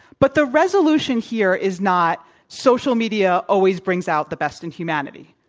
but the resolution here is not social media always brings out the best in humanity.